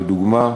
לדוגמה: